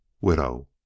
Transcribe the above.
Widow